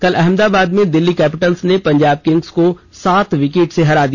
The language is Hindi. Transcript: कल अहमदाबाद में दिल्ली कैपिटल्स ने पंजाब किंग्स को सात विकेट से हरा दिया